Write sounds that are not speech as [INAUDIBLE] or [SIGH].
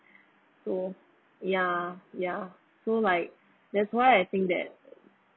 [BREATH] so ya ya so like that's why I think that